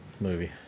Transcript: movie